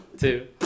two